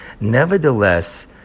nevertheless